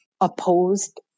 opposed